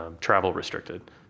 travel-restricted